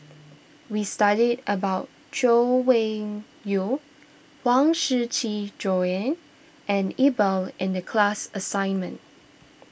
we studied about Chay Weng Yew Huang Shiqi Joan and Iqbal in the class assignment